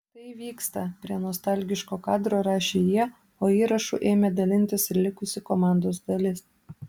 tai vyksta prie nostalgiško kadro rašė jie o įrašu ėmė dalintis ir likusi komandos dalis